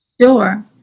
Sure